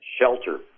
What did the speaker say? shelter